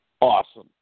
Awesome